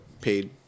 paid